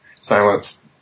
silence